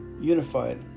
unified